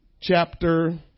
chapter